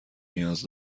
نیاز